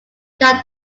can